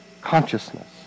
consciousness